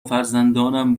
فرزندانم